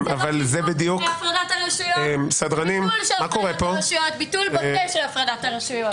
זה לא חיזוק של הפרדת הרשויות ביטול בוטה של הפרדת הרשויות.